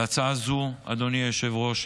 להצעה הזו, אדוני היושב-ראש,